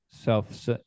self